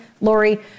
Lori